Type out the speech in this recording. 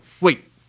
wait